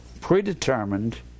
predetermined